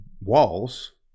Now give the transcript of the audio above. walls